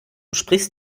sprichst